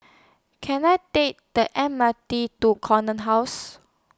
Can I Take The M R T to Corner House